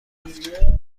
رفت